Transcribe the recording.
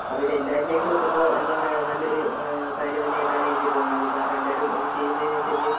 അപ്പോൾ ഇത് എല്ലാവരിലേക്കും എത്തുമ്പോൾ എന്താ പറയാ നല്ലൊരു കാര്യം തന്നെയായിട്ടാണ് എനിക്ക് തോന്നുന്നത് കാരണം എല്ലാവരും ഇത് ചെയ്യുന്നതിനനുസരിച്ച്